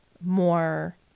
more